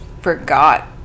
forgot